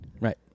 Right